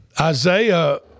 Isaiah